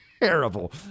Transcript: terrible